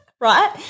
Right